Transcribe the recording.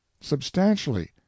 substantially